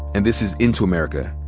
and this is into america.